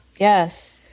Yes